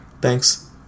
thanks